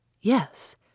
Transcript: Yes